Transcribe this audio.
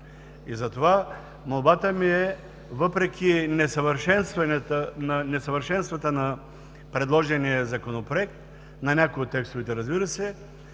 начин. Молбата ми е, въпреки несъвършенствата на предложения Законопроект, на някои от текстовете, разбира се,